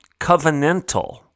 covenantal